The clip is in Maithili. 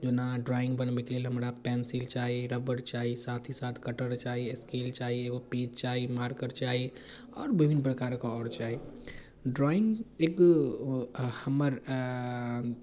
जेना ड्राइङ्ग बनबैके लेल हमरा पेन्सिल चाही रबर चाही साथ ही साथ कटर चाही स्केल चाही एगो पेज चाही मार्कर चाही आओर विभिन्न प्रकारके आओर चाही ड्राइङ्ग एक हमर